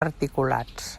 articulats